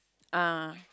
ah